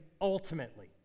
ultimately